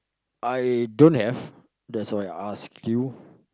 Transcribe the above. I don't have that's why I ask you